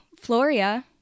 Floria